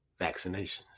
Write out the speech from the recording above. vaccinations